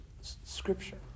Scripture